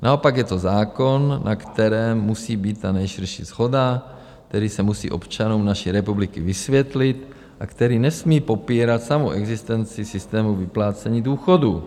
Naopak je to zákon, na kterém musí být ta nejširší shoda, který se musí občanům naší republiky vysvětlit a který nesmí popírat samou existenci systému vyplácení důchodů.